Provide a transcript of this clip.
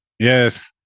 Yes